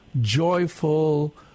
joyful